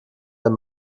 ein